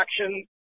action